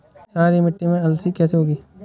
क्षारीय मिट्टी में अलसी कैसे होगी?